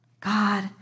God